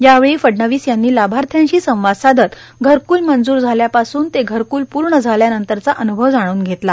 यावेळी फडणवीस यांनी लाभार्थ्यांशी संवाद साधत घरकल मंजूर झाल्यापासून ते घरकल पूर्ण झाल्यानंतरचा अनुभव जाणून घेतला